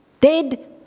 Dead